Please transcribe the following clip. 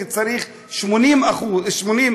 כי צריך 80 ח"כים.